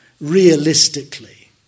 realistically